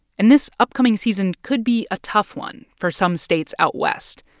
and this upcoming season could be a tough one for some states out west,